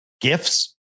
Gifts